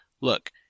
look